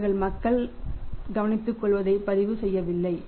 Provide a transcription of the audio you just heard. அவர்கள் மக்கள் கவனித்துக்கொள்வதைப் பதிவு செய்யவில்லை